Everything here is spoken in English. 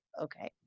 okay